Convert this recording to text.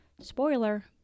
Spoiler